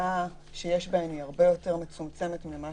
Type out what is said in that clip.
הפגיעה שיש בהן הרבה יותר מצומצמת ממה